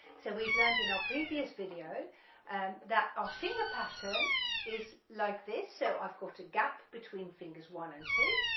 so we've learned in our previous video that our finger pattern is like this, so i've got a gap between fingers one and two,